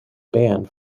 banned